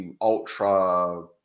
Ultra